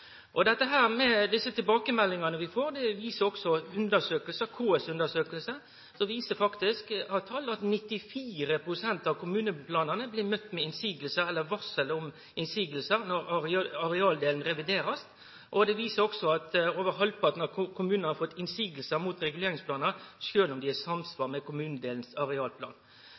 tilbakemeldingane vi får, viser tal i KS-undersøkingar at 94 pst. av kommuneplanane blir møtte med innseiingar eller varsel om innseiingar når arealdelen blir revidert, og at over halvparten av kommunane har fått innseiingar mot reguleringsplanar, sjølv om desse er i samsvar med kommunens arealplan.